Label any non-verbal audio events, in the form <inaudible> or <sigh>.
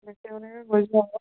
<unintelligible> কৰি চাও আকৌ